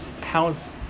How's